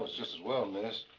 just as well, miss.